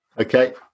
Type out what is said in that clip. Okay